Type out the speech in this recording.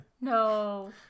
No